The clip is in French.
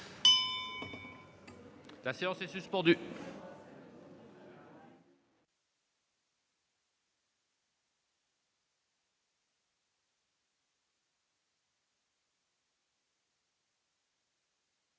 La séance est suspendue.